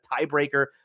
tiebreaker